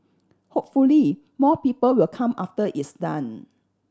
hopefully more people will come after it's done